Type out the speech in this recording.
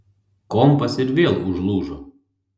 kompas ir vėl užlūžo